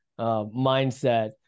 mindset